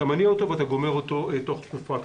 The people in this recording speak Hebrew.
מניע אותו ואתה גומר אותו בתוך תקופה קצרה.